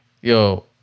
yo